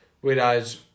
Whereas